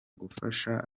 gufasha